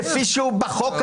כפי שהוא בחוק הזה.